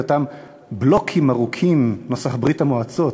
אותם בלוקים ארוכים נוסח ברית-המועצות,